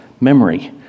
memory